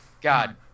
God